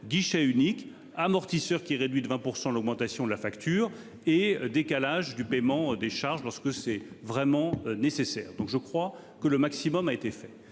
guichet unique amortisseurs qui réduit de 20% l'augmentation de la facture et décalage du paiement des charges parce que c'est vraiment nécessaire. Donc je crois que le maximum a été fait.